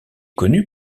connu